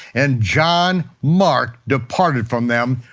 and john mark departed from them,